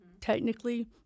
technically